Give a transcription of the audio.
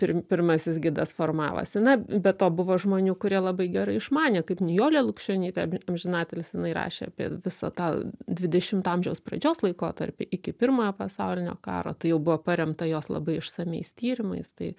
pir pirmasis gidas formavosi na be to buvo žmonių kurie labai gerai išmanė kaip nijolė lukšionytė amžinatilsį jinai rašė apie visą tą dvidešimto amžiaus pradžios laikotarpį iki pirmojo pasaulinio karo tai jau buvo paremta jos labai išsamiais tyrimais tai